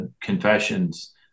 confessions